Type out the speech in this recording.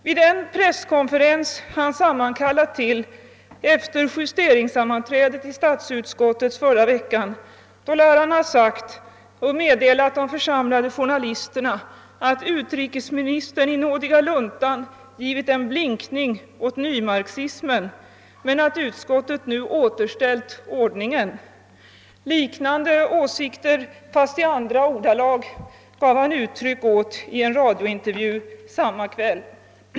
Vid den presskonferens han sammankallade efter justeringssammanträdet i statsutskottet förra veckan lär han ha meddelat de församlade journalisterna, att utrikesministern i nådiga luntan givit en blinkning åt nymarxismen men att utskottet nu återställt ordningen. Liknande åsikter, fastän i andra ordalag, gav han uttryck åt i en radiointervju samma kväll.